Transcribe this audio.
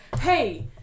hey